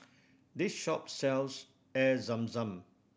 this shop sells Air Zam Zam